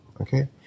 okay